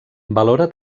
valora